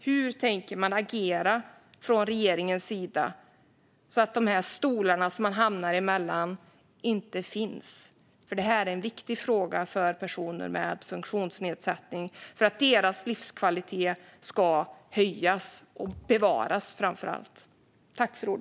Hur tänker man agera från regeringens sida för att människor inte ska hamna mellan de stolar som finns? Detta är en viktig fråga för personer med funktionsnedsättning och för att deras livskvalitet ska höjas och, framför allt, bevaras.